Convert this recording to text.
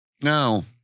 No